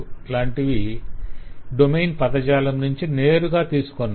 లాంటివి డొమైన్ పదజాలం నుంచి నేరుగా తీసుకొన్నవి